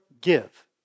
give